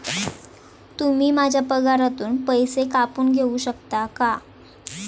तुम्ही माझ्या पगारातून पैसे कापून घेऊ शकता का?